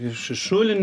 iš iš šulinio